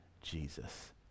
Jesus